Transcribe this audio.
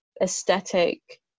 aesthetic